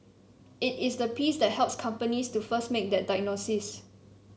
it is the piece that helps companies to first make that diagnosis